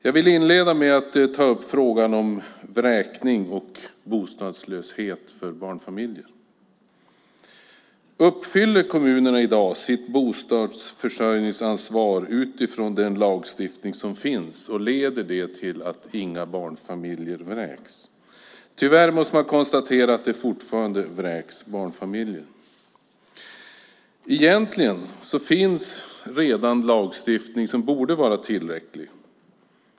Jag vill inleda med att ta upp frågan om vräkning och bostadslöshet för barnfamiljer. Uppfyller kommunerna i dag sitt bostadsförsörjningsansvar utifrån den lagstiftning som finns, och leder det till att inga barnfamiljer vräks? Tyvärr måste man konstatera att barnfamiljer fortfarande vräks. Egentligen finns redan lagstiftning som borde vara tillräcklig.